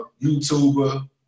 YouTuber